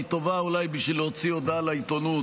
טובה אולי בשביל להוציא הודעה לעיתונות,